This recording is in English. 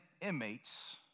inmates